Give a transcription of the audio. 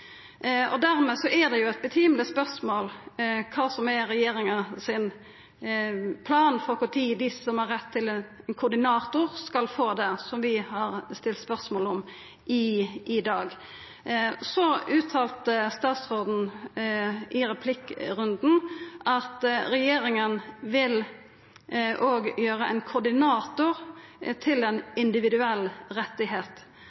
dag. Dermed er det eit rimeleg spørsmål kva plan regjeringa har for kva tid dei som har rett til koordinator, skal få det – slik vi har stilt spørsmål om i dag. Så uttalte statsråden i replikkrunden at regjeringa òg vil gjera ein koordinator til ein